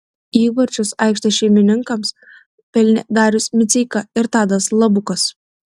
įvarčius aikštės šeimininkams pelnė darius miceika ir tadas labukas